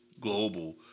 global